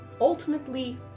ultimately